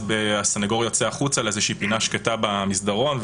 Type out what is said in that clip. הסנגור יוצא החוצה לפינה שקטה במסדרון,